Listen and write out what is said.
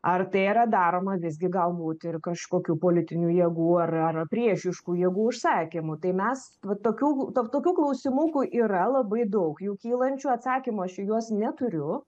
ar tai yra daroma visgi galbūt ir kažkokių politinių jėgų ar ar priešiškų jėgų užsakymu tai mes va tokių to tokių klausimukų yra labai daug jų kylančių atsakymų aš į juos neturiu